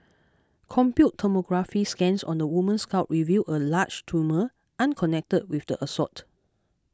computed tomography scans on the woman's skull revealed a large tumour unconnected with the assault